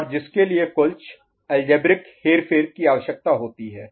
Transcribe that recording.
और जिसके लिए कुछ अलजेब्रिक हेरफेर की आवश्यकता होती है